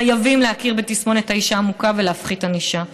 חייבים להכיר בתסמונת האישה המוכה ולהפחית ענישה.